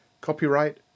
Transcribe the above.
Copyright